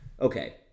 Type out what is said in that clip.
okay